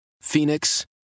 Phoenix